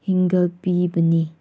ꯍꯦꯟꯒꯠꯄꯤꯕꯅꯤ